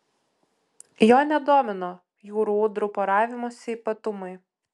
jo nedomino jūrų ūdrų poravimosi ypatumai